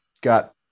got